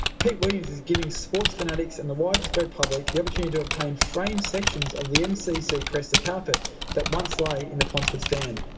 pete williams is giving sports fanatics and the widespread public the opportunity to obtain framed sections of the um so mcc-crested carpet that once lay in the ponsford stand.